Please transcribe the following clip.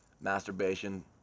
masturbation